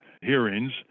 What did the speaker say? hearings